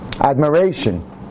admiration